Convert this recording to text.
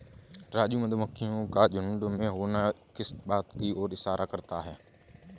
राजू मधुमक्खियों का झुंड में होना किस बात की ओर इशारा करता है?